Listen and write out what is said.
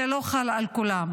זה לא חל על כולם.